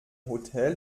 hotel